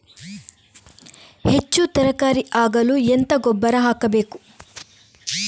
ಹೆಚ್ಚು ತರಕಾರಿ ಆಗಲು ಎಂತ ಗೊಬ್ಬರ ಹಾಕಬೇಕು?